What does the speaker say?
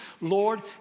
Lord